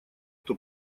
кто